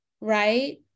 right